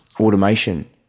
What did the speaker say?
automation